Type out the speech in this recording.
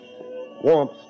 warmth